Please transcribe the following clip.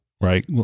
right